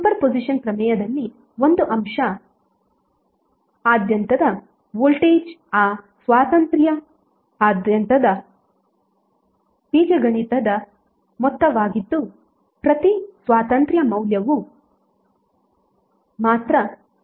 super position ಪ್ರಮೇಯದಲ್ಲಿ ಒಂದು ಅಂಶ ಆದ್ಯಂತದ ವೋಲ್ಟೇಜ್ ಆ ಸ್ವಾತಂತ್ರ್ಯ ಆದ್ಯಂತದ ಬೀಜಗಣಿತದ ಮೊತ್ತವಾಗಿದ್ದು ಪ್ರತಿ ಸ್ವಾತಂತ್ರ್ಯ ಮೂಲವು ಮಾತ್ರ ಕಾರ್ಯನಿರ್ವಹಿಸುತ್ತದೆ